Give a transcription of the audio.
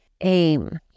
aim